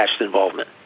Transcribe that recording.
involvement